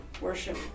worship